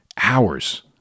hours